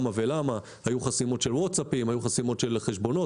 היו חסימות של וואטסאפים, היו חסימות של חשבונות.